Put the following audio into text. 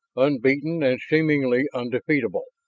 unbeaten and seemingly undefeatable.